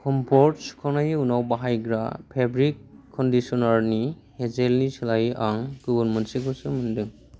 comfort सुखांनायनि उनाव बाहायग्रा फेब्रिक कन्दिसनार नि हेजेलनि सोलायै आं गुबुन मोनसेखौसो मोनदों